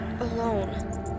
alone